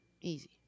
Easy